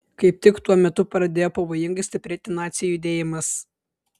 kaip tik tuo metu pradėjo pavojingai stiprėti nacių judėjimas